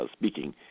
speaking